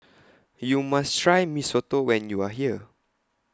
YOU must Try Mee Soto when YOU Are here